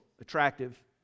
attractive